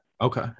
Okay